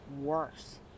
worse